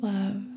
Love